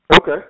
Okay